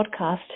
podcast